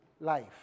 life